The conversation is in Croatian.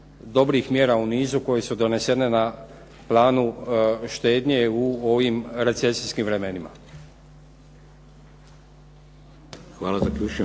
dobrih mjera u nizu koje su donesene na planu štednje u ovim recesijskim vremenima. **Šeks, Vladimir